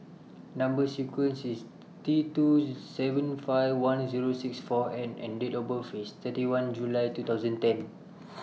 Number sequence IS T two seven five one Zero six four N and Date of birth IS thirty one July two thousand and ten